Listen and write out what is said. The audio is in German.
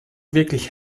wirklich